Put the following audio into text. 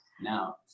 now